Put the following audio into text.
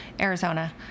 Arizona